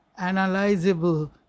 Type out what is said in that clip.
analyzable